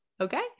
Okay